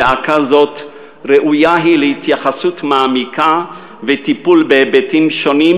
זעקה זאת ראויה להתייחסות מעמיקה וטיפול בהיבטים שונים,